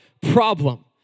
problem